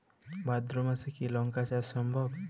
ভাদ্র মাসে কি লঙ্কা চাষ সম্ভব?